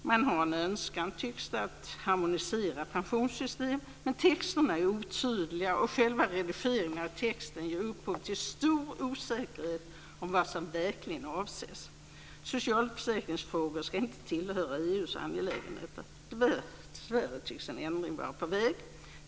Man har en önskan, tycks det, att harmonisera pensionssystemen. Men texterna är otydliga och själva redigeringen av texten ger upphov till stor osäkerhet om vad som verkligen avses. Socialförsäkringsfrågor ska inte tillhöra EU:s angelägenheter. Dessvärre tycks en ändring vara på väg.